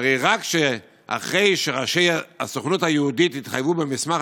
והרי רק אחרי שראשי הסוכנות היהודית התחייבו במסמך